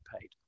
paid